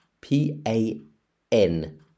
P-A-N